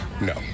No